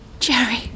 Jerry